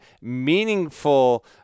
meaningful –